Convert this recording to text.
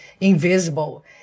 invisible